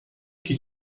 que